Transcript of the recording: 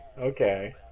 Okay